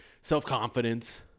Self-confidence